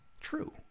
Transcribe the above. true